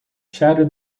shattered